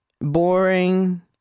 boring